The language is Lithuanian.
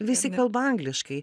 visi kalba angliškai